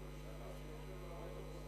אני מבקש,